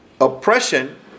Oppression